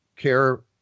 care